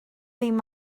ddim